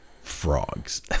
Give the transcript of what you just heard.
frogs